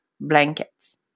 blankets